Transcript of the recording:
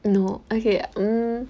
no okay mm